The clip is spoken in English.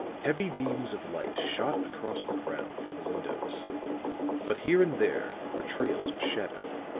heavy beams of light shot across the ground from the windows but here and there were trails of shadow.